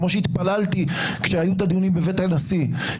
כמו שהתפללתי כשהיו הדיונים בבית הנשיא,